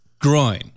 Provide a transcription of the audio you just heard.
groin